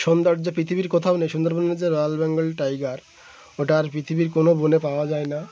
সৌন্দর্য কোথাও নেই সুন্দরবন হচ্ছে রয়াল বেঙ্গল টাইগার ওটা আর পৃথিবীর কোনো বনে পাওয়া যায় না